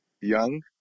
young